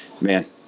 man